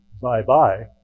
bye-bye